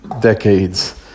decades